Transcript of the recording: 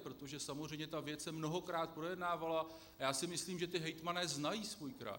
Protože samozřejmě ta věc se mnohokrát projednávala, a já si myslím, že hejtmani znají svůj kraj.